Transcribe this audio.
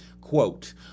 Quote